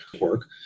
work